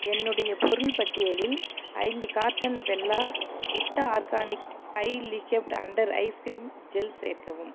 என்னுடைய பொருள் பட்டியலில் ஐந்து carton Bella Vita organic eye lift under eye cream gel சேர்க்கவும்